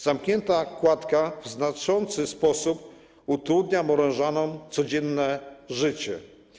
Zamknięta kładka w znaczący sposób utrudnia morążanom codzienne życie.